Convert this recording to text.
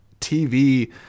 TV